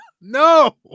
No